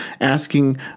asking